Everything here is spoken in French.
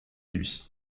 lui